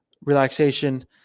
relaxation